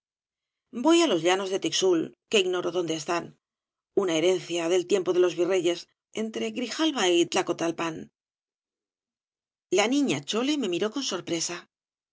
voy á los llanos de tixul que ignoro dónde están una herencia del tiempo de los virreyes entre grijalba y tlacotalpan la niña chole me miró con sorpresa